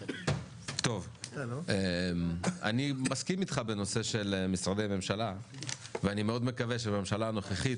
אני מסכים אתך בנושא משרדי הממשלה ואני מקווה מאוד שבממשלה הנוכחית